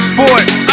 Sports